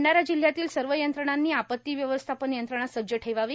भंधारा जिल्हयातील सर्व यंत्रणांनी आप्ती व्यवस्था न यंत्रणा सज्ज ठेवावी